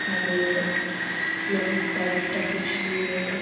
ওখানে নদীর সাইড টা খুব সুন্দর